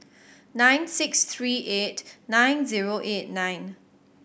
nine six three eight nine zero eight nine